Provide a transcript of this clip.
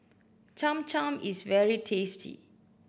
Cham Cham is very tasty